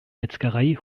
metzgerei